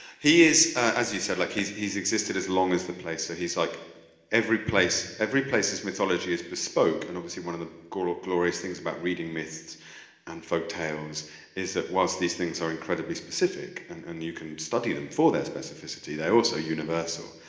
he is, as you said, like he's he's existed as long as the place, so he's like every place. every place is mythology is bespoke, and obviously one of the glorious glorious things about reading myths and folktales is that whilst these things are incredibly specific and and you can study them for their specificity, they're also universal.